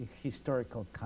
historical